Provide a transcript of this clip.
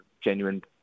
genuine